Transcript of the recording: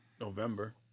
November